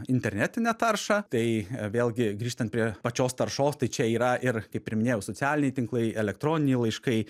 internetinę taršą tai vėlgi grįžtant prie pačios taršos tai čia yra ir kaip ir minėjau socialiniai tinklai elektroniniai laiškai